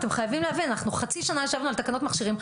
אתם חייבים להבין: אנחנו חצי שנה ישבנו על תקנות מכשירים,